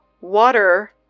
water